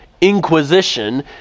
Inquisition